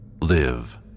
Live